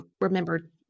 remember